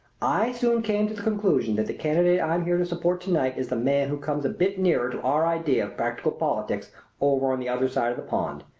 i soon came to the conclusion that the candidate i'm here to support to-night is the man who comes a bit nearer to our idea of practical politics over on the other side of the pond.